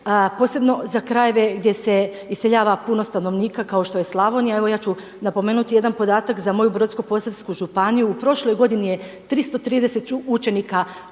posebno za krajeve gdje se iseljava puno stanovnika kao što je Slavonija. Evo ja ću napomenuti jedan podatak za moju Brodsko-posavsku županiju. U prošloj godini je 330 učenika